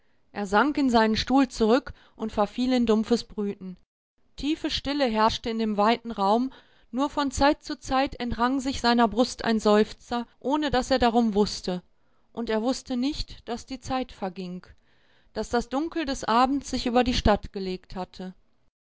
er sank in seinen stuhl zurück und verfiel in dumpfes brüten tiefe stille herrschte in dem weiten raum nur von zeit zu zeit entrang sich seiner brust ein seufzer ohne daß er darum wußte und er wußte nicht daß die zeit verging daß das dunkel des abends sich über die stadt gelegt hatte